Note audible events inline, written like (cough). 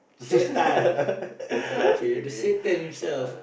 (laughs) okay uh